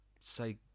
say